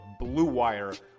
BLUEWIRE